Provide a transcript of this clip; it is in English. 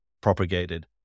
propagated